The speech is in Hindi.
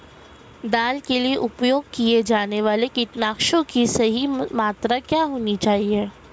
दाल के लिए उपयोग किए जाने वाले कीटनाशकों की सही मात्रा क्या होनी चाहिए?